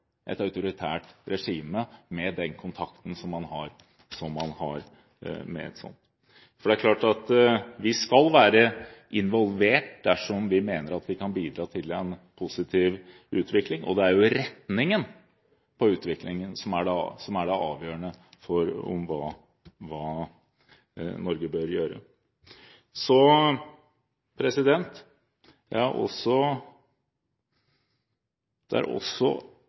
et autoritært regime med den kontakten man har med et slikt regime. Det er klart at vi skal være involvert dersom vi mener at vi kan bidra til en positiv utvikling. Det er retningen på utviklingen som er det avgjørende for hva Norge bør gjøre. Det er også å påpeke at menneskerettigheter og demokrati ikke bare trengs å tydeliggjøres fra regjeringens side i utviklingspolitikken, men også